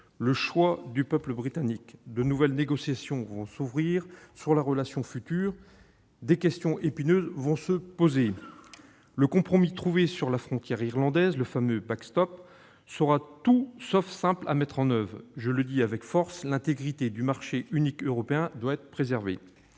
le choix du peuple britannique. De nouvelles négociations sur la relation future vont s'ouvrir. Des questions épineuses se poseront. Le compromis trouvé sur la frontière irlandaise, le fameux «», sera tout sauf simple à mettre en oeuvre. Je le dis avec force : l'intégrité du marché unique européen doit être préservée.